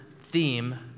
theme